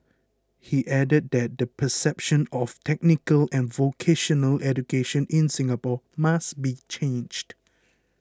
he added that the perception of technical and vocational education in Singapore must be changed